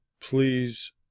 please